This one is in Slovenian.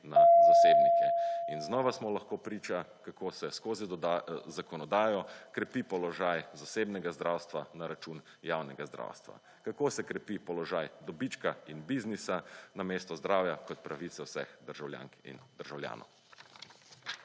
na zasebnike in znova smo lahko priča kako se skozi zakonodajo krepi položaj zasebnega zdravstva na račun javnega zdravstva. Kako se krepi položaj dobička in biznisa namesto zdravja kot pravico vseh državljank in državljanov.